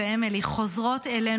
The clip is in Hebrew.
אדוני השר, חבריי